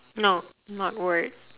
no not word